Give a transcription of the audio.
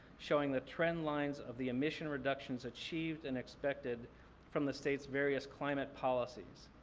showing the trend lines of the emission reductions achieved and expected from the state's various climate policies.